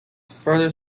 further